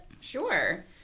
Sure